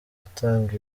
gutanga